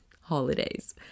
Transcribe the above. holidays